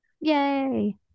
Yay